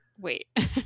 wait